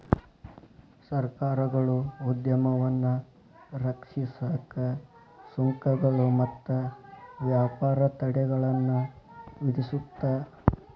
ಸರ್ಕಾರಗಳು ಉದ್ಯಮವನ್ನ ರಕ್ಷಿಸಕ ಸುಂಕಗಳು ಮತ್ತ ವ್ಯಾಪಾರ ತಡೆಗಳನ್ನ ವಿಧಿಸುತ್ತ